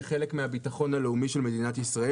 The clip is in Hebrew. אלא היא חלק מהביטחון הלאומי של מדינת ישראל.